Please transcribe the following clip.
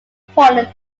important